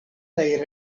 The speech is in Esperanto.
kaj